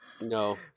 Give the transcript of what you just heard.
No